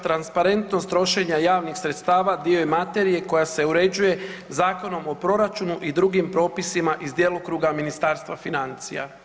Transparentnost trošenja javnih sredstava dio je materije koja se uređuje Zakonom o proračunu i drugim propisima iz djelokruga Ministarstva financija.